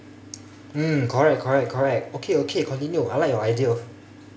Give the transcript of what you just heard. mm correct correct correct okay okay continue I like your idea